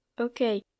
Okay